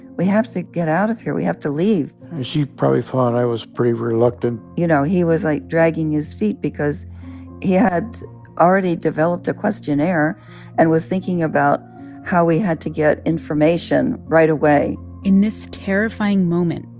we have to get out of here. we have to leave she probably thought i was pretty reluctant you know, he was like dragging his feet because he had already developed a questionnaire and was thinking about how we had to get information right away in this terrifying moment,